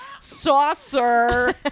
saucer